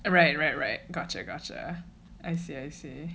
right right right gotcha gotcha I see I see